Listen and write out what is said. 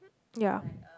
ya